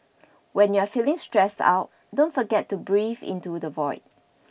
when you are feeling stressed out don't forget to breathe into the void